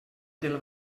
del